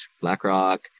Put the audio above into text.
BlackRock